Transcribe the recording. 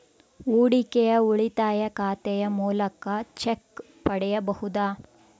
ಹೂಡಿಕೆಯ ಉಳಿತಾಯ ಖಾತೆಯ ಮೂಲಕ ಚೆಕ್ ಪಡೆಯಬಹುದಾ?